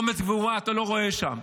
אומץ וגבורה אתה לא רואה שם.